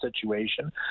situation